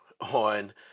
on